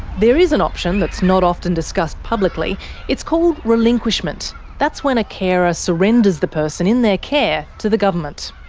there is an option that's not often discussed publicly it's called relinquishment' that's when a carer ah surrenders the person in their care to the government.